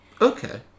Okay